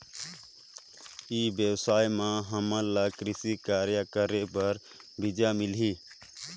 ई व्यवसाय म हामन ला कृषि कार्य करे बर बीजा मिलही?